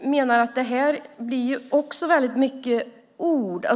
menar att detta blir mycket ord.